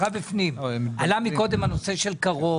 קודם עלה הנושא של קרוב.